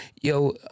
yo